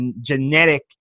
genetic